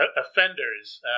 offenders